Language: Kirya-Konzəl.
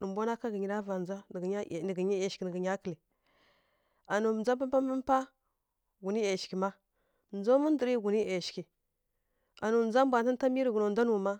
Nǝ mbwa nwa ká ghǝnyi ra vandza, nǝ ghǝnyi nǝ ghǝnyi ˈyashighǝ nǝ ghǝnya to, anuwi ndza mpǝ mpá ghuni ˈyashighǝ má ndzaw mǝ ndǝrǝ ghunǝ ˈyashighǝ. Anuwi ndza ndwa ntǝnta miyi tǝghǝna ndwa nu ma,